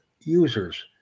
users